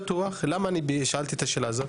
למה אני שאלתי את השאלה הזאת?